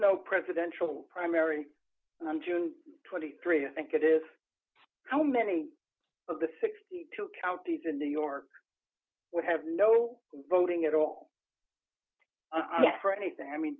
no presidential primary on june twenty three i think it is how many of the sixty two counties in new york would have no voting at all for anything i mean